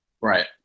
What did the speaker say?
Right